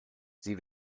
sie